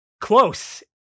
Close